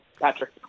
Patrick